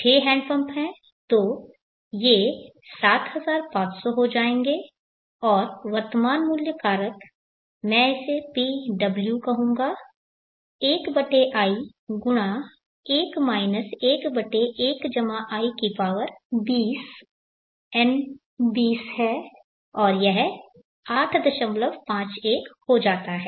6 hand pump हैं तो ये 7500 हो जाएंगे और वर्तमान मूल्य कारक मैं इसे PW कहूंगा 1i1 11 i20 n 20 है और यह 851 हो जाता है